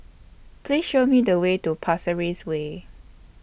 Please Show Me The Way to Pasir Ris Way